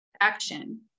action